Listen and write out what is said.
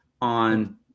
on